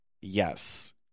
Yes